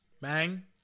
bang